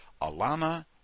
Alana